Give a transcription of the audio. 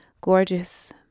Gorgeous